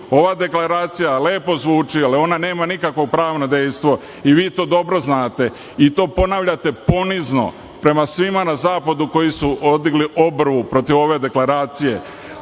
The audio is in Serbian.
deklaracija lepo zvuči, ali ona nema nikakvo pravno dejstvo i vi to dobro znate i to ponavljate ponizno prema svima na zapadu koji su odigli obrvu protiv ove deklaracije.